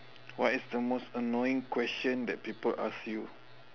what is the most annoying question that people ask you